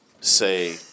say